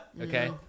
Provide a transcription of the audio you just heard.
Okay